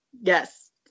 Yes